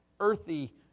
Earthy